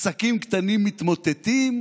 עסקים קטנים מתמוטטים,